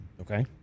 okay